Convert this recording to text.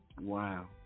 Wow